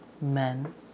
men